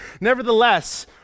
Nevertheless